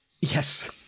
Yes